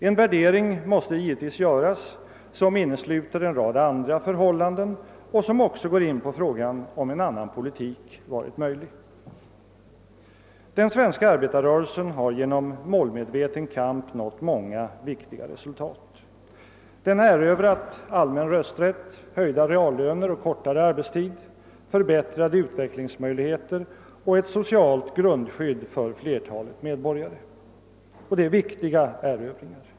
En värdering måste givetvis göras som innesluter en rad andra förhållanden och som också går in på frågan om en annan politik varit möjlig. Den svenska arbetarrörelsen har genom målmedveten kamp nått många viktiga resultat. Den har erövrat allmän rösträtt, höjda reallöner och kortare arbetstid, förbättrade utbildningsmöjligheter och ett socialt grundskydd för flertalet medborgare — och det är viktiga erövringar.